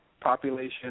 population